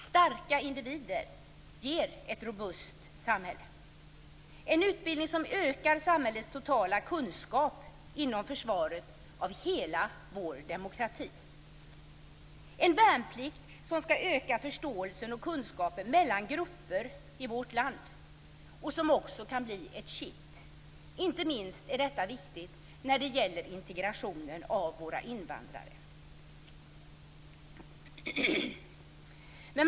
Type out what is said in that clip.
Starka individer ger ett robust samhälle. Det skall vara en utbildning som ökar samhällets totala kunskap inom försvaret av hela vår demokrati. Det skall vara en värnplikt som skall öka förståelsen och kunskapen mellan grupper i vårt land. Den kan också bli ett kitt. Detta är inte minst viktigt när det gäller integrationen av våra invandrare.